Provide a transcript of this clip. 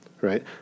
right